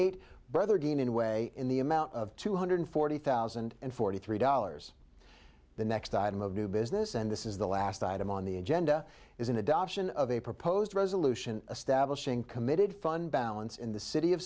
eight brother dean in a way in the amount of two hundred forty thousand and forty three dollars the next item of new business and this is the last item on the agenda is an adoption of a proposed resolution establishing committed fund balance in the city of